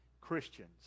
Christians